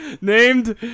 Named